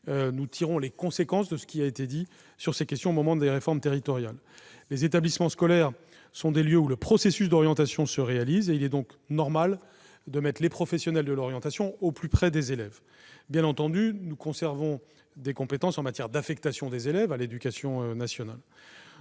Nous tirons les conséquences de ce qui a été exprimé sur ces questions au moment des réformes territoriales. Les établissements scolaires sont des lieux où le processus d'orientation se réalise. Il est donc normal de placer les professionnels de l'orientation au plus près des élèves. Bien entendu, l'éducation nationale conserve des compétences en matière d'affectation des élèves. Dans ce contexte,